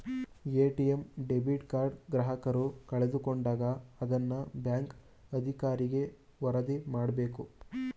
ATM debit card ಗ್ರಾಹಕರು ಕಳೆದುಕೊಂಡಾಗ ಅದನ್ನ ಬ್ಯಾಂಕ್ ಅಧಿಕಾರಿಗೆ ವರದಿ ಮಾಡಬೇಕು